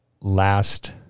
last